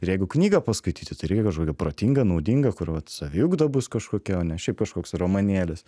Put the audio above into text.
ir jeigu knygą paskaityti tai reikiai kažkokią protingą naudingą kur vat saviugda bus kažkokia o ne šiaip kažkoks romanėlis